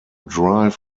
drive